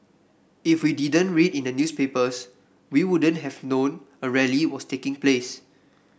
if we didn't read in the newspapers we wouldn't have known a rally was taking place